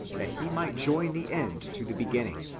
that he might join the end to the beginning,